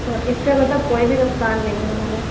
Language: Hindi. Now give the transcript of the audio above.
तो इसका मतलब कोई भी नुकसान नहीं है हमें